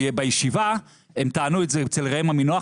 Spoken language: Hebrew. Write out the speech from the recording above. בישיבה הם טענו את זה אצל ראם עמינח,